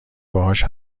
باهاش